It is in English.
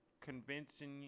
convincing